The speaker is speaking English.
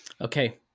Okay